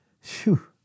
Phew